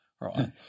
right